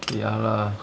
eh ya lah